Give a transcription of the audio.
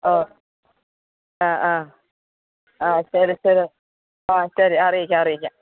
ഓ ആ ആ ആ ശരി ശരി ആ ശരി അറിയിക്കാം അറിയിക്കാം